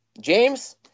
James